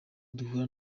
duhura